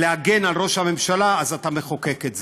ולהגן על ראש הממשלה, לכן אתה מחוקק את זה.